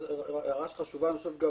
זו הערה חשובה גם לי.